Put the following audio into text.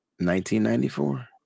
1994